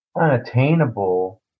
unattainable